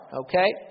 Okay